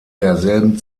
derselben